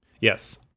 yes